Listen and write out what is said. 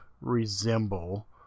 resemble